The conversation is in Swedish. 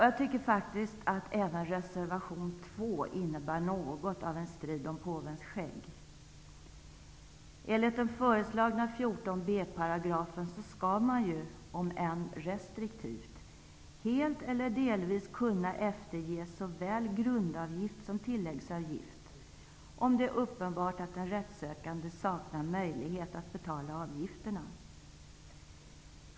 Jag tycker faktiskt att även reservation 2 innebär något av en strid om påvens skägg. Enligt den föreslagna 14 b § skall man ju, om än restriktivt, helt eller delvis kunna efterge såväl grundavgift som tilläggsavgift, om det är uppenbart att den rättssökande saknar möjlighet att betala avgifterna.